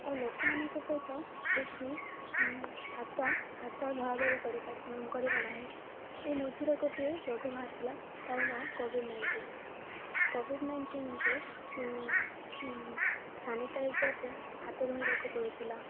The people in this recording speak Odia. ଆଉ ଲୋକମାନଙ୍କ ସହିତ ବେଶୀ ହାତ ହାତ ଧରାଧରି କରିବା ନାହିଁ ଏ ମଝିରେ ଗୋଟିଏ ରୋଗ ବାହାରିଥିଲା ତାର ନାଁ କୋଭିଡ଼୍ ନାଇଣ୍ଟିନ୍ କୋଭିଡ଼୍ ନାଇଣ୍ଟିନ୍ରେ ସାନିଟାଇଜର୍ରେ ହାତ ଧୋଇବାକୁ ପଡ଼ୁଥିଲା